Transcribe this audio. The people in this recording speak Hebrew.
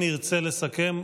אם ירצה לסכם,